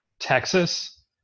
Texas